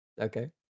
Okay